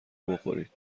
بخورید